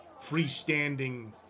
freestanding